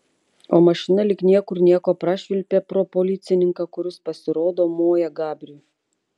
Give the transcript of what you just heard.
o mašina lyg niekur nieko prašvilpė pro policininką kuris pasirodo moja gabriui